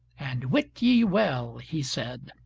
and wit ye well, he said,